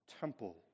temple